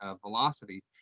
velocity